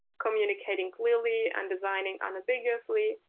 communicating clearly, and designing unambiguously,